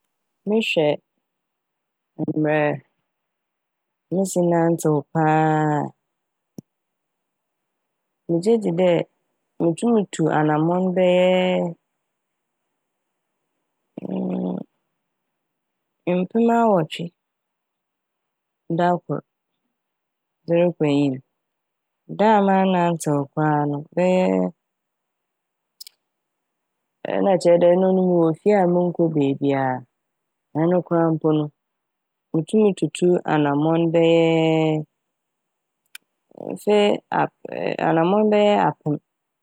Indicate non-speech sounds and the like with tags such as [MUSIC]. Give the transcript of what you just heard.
Mehwɛ mbrɛ misi nantseew paa a megye dzi dɛ mutum tu anamɔn bɛyɛɛ [HESITATION] mpem awɔtwe da kor dze rokɔ enyim. Da a mannantsew koraa no bɛyɛɛ [HESITATION] ɛna ɛkyerɛ dɛ ɛno no mowɔ fie a monnkɔ beebia a ɛno koraa mpo no mutum tutu anamɔn bɛyɛɛ mfe ap - [HESITATION] anamɔn bɛyɛɛ apem.